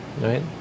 right